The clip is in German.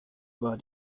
war